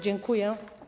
Dziękuję.